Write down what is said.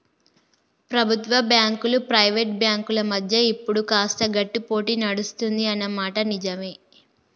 ప్రభుత్వ బ్యాంకులు ప్రైవేట్ బ్యాంకుల మధ్య ఇప్పుడు కాస్త గట్టి పోటీ నడుస్తుంది అన్న మాట నిజవే